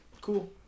Cool